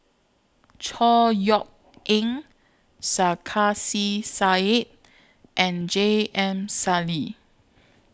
Chor Yeok Eng Sarkasi Said and J M Sali